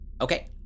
Okay